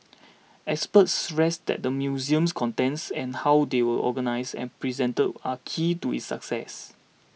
experts stressed that the museum's contents and how they are organised and presented are key to its success